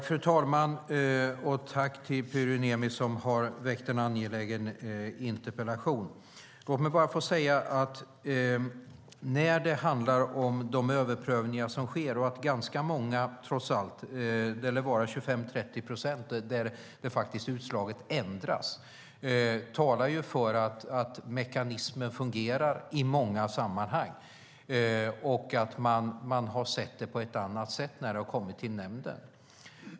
Fru talman! Tack till Pyry Niemi, som har väckt en angelägen interpellation. När det handlar om de överprövningar som sker talar trots allt ganska många - det lär vara 25-30 procent där utslaget ändras - för att mekanismen fungerar i många sammanhang och för att nämnden har sett ärendet på ett annat sätt när det har kommit dit.